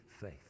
faith